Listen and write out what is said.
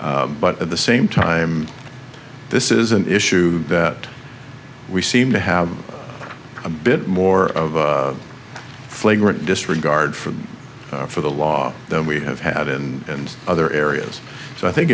but at the same time this is an issue that we seem to have a bit more of a flagrant disregard for for the law than we have had and other areas so i think